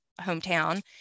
hometown